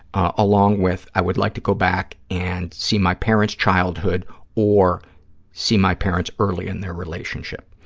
along with, i would like to go back and see my parents' childhood or see my parents early in their relationship.